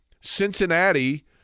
Cincinnati